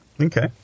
Okay